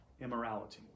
immorality